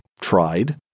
tried